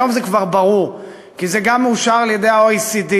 היום זה כבר ברור, כי זה גם מאושר על-ידי ה-OECD.